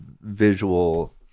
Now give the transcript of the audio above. visual